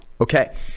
Okay